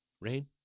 Rain